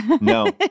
No